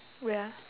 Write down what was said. wait ah